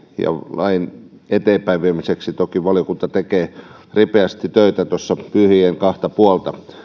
lain eteenpäinviemiseksi valiokunta tekee toki ripeästi töitä tuossa pyhien kahta puolta tämä